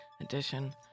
edition